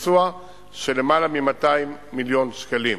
ביצוע של למעלה מ-200 מיליון שקלים,